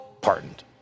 pardoned